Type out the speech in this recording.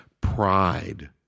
pride